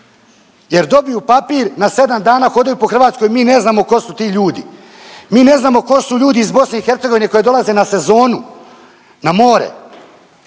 jer dobiju papir na 7 dana, hodaju po Hrvatskoj mi ne znamo tko su ti ljudi. Mi ne znamo tko su ljudi iz BiH koji dolaze na sezonu na more.